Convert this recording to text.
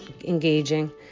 engaging